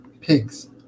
Pigs